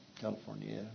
California